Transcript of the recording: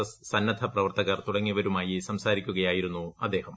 S സന്നദ്ധ പ്രവർത്തകർ തുടങ്ങിയവരുമായി സംസാരിക്കുകയായിരുന്നു അദ്ദേഹം